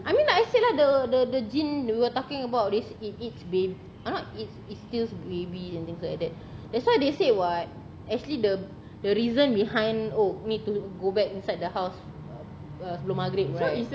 I mean like I said lah the the the jin we were talking about this it eats bab~ uh it steals babies and things like that that's why they say [what] actually the the reason behind oh need to go back inside the house uh uh sebelum maghrib right